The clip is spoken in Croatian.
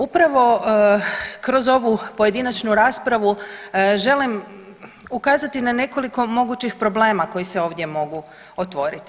Upravo kroz ovu pojedinačnu raspravu želim ukazati na nekoliko mogućih problema koji se ovdje mogu otvoriti.